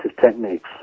techniques